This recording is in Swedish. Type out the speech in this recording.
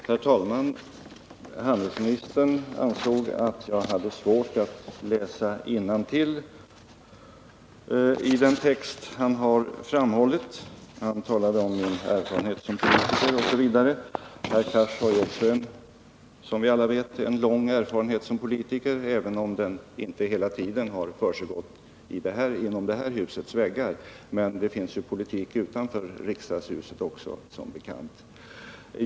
Herr talman! Handelsministern ansåg att jag hade svårt att läsa innantill i den text han har föredragit. Han talade om min erfarenhet som politiker osv. Herr Cars har ju också, som vi alla vet, en lång erfarenhet som politiker, även om den inte hela tiden har försiggått inom detta hus — men det finns ju politik utanför riksdagshuset också som bekant.